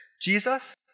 Jesus